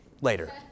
later